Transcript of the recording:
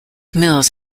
mills